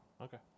Okay